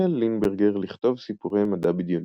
החל לינברגר לכתוב סיפורי מדע בדיוני,